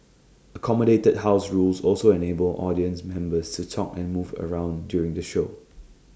accommodated house rules also enabled audience members to talk and move around during the show